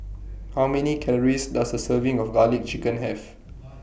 How Many Calories Does A Serving of Garlic Chicken Have